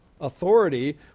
authority